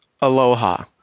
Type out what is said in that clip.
Aloha